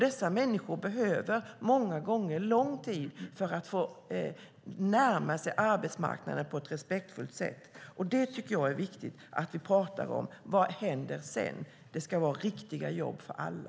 Dessa människor behöver många gånger lång tid för att närma sig arbetsmarknaden på ett respektfullt sätt. Det är viktigt att vi pratar om vad som händer sedan. Det ska vara riktiga jobb för alla.